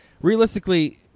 realistically